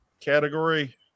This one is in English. category